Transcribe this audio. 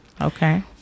Okay